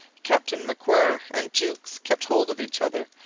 captain macwhirr and jukes kept hold of each other,